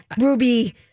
ruby